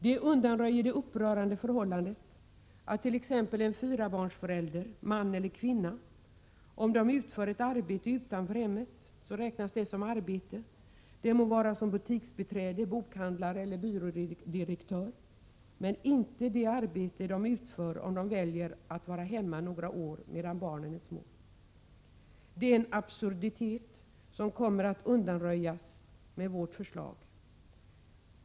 Det undanröjer det upprörande förhållandet att om t.ex. en fyrabarnsförälder, man eller kvinna, utför ett arbete utanför hemmet, det må vara som butiksbiträde, bokhandlare eller byrådirektör, räknas det som arbete men inte allt arbete de utför om de väljer att vara hemma några år medan barnen är små. Detta är en absurditet som kommer att undanröjas med vårt förslag.